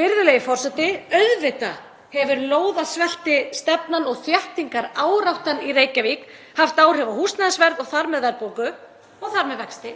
Virðulegi forseti. Auðvitað hefur lóðasveltistefnan og þéttingaráráttan í Reykjavík haft áhrif á húsnæðisverð og þar með verðbólgu og þar með vexti.